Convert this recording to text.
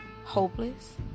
hopeless